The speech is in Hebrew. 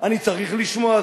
אני צריך לשמוע?